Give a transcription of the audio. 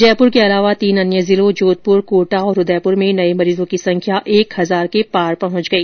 जयपुर के अलावा तीन अन्य जिलों जोधपुर कोटा और उदयपुर में नये मरीजों के संख्या एक हजार के पार पहुंच गई